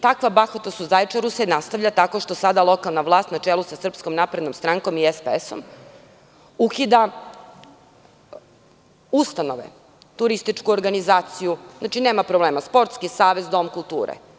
Takva bahatost u Zaječaru se nastavlja tako što sada lokalna vlast na čelu sa SNS i SPS ukida ustanove – Turističku organizaciju, znači nema problema – Sportski savez Dom kulture.